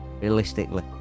Realistically